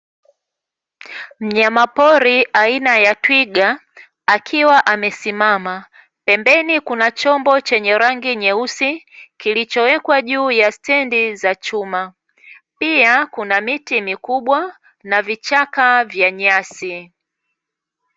Mnyamapori aina ya twiga akiwa amesimama, pembeni kuna chombo chenye rangi nyeusi, kilichowekwa juu ya stendi za chuma, pia kuna miti mikubwa na vichaka vya nyasi.